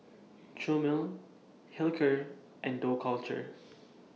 Chomel Hilker and Dough Culture